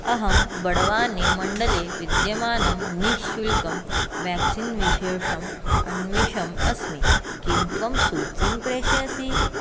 अहं बडवानिमण्डले विद्यमानं निःशुल्कं व्याक्सिन् विशेषम् अन्विषन् अस्मि किं त्वं सूचीं प्रेषयसि